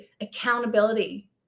accountability